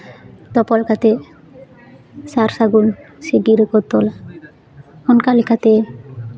ᱛᱚᱯᱚᱞ ᱠᱟᱛᱮ ᱥᱟᱨᱼᱥᱟᱹᱜᱩᱱ ᱥᱮ ᱜᱤᱨᱟᱹ ᱠᱚ ᱛᱚᱞ ᱚᱱᱠᱟ ᱞᱮᱠᱟᱛᱮ